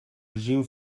regime